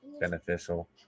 beneficial